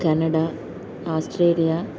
Canada Australia